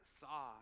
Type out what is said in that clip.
saw